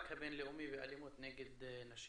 באלימות נגד נשים.